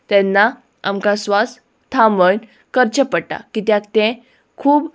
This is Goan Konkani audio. तेन्ना आमकां स्वास थांबून करचें पडटा कित्याक तें खूब